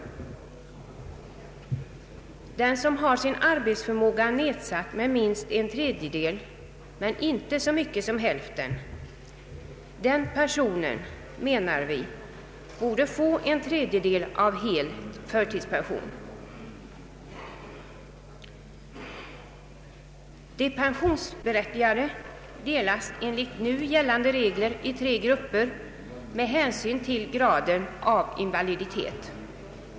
Den som har sin arbetsförmåga nedsatt med minst en tredjedel men inte så mycket som hälften borde — menar vi — få en tredjedel av hel förtidspension. De pensionsberättigade delas enligt nu gällande regler in i tre grupper med hänsyn till graden av invaliditet.